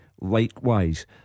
Likewise